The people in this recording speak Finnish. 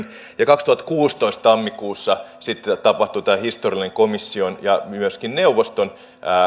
ja kaksituhattakuusitoista tammikuussa sitten tapahtui tämä historiallinen komission ja myöskin neuvoston